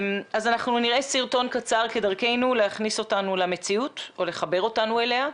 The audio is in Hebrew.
נראה סרטון קצר כדרכנו להכניס אותנו למציאות או לחבר אותנו אליה,